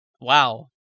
Wow